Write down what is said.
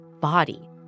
body